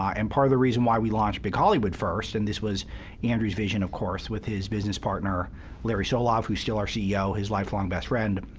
and part of the reason why we launched big hollywood first and this was andrew's vision, of course, with his business partner larry solov, who's still our ceo, his lifelong best friend,